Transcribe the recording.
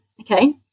okay